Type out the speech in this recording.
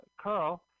Carl